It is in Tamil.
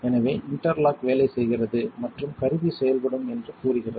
எனவே இன்டர்லாக் வேலை செய்கிறது மற்றும் கருவி செயல்படும் என்று கூறுகிறது